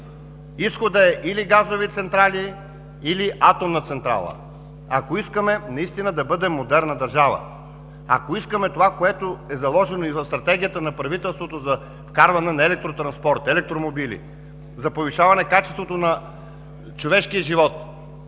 Изходът е или газови централи, или атомна централа. Ако искаме наистина да бъдем модерна държава, ако искаме това, което е заложено и в стратегията на правителството за вкарване на електротранспорт, електромобили за повишаване качеството на човешкия живот,